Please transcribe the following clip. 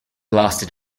lasted